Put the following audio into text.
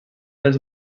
dels